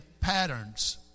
patterns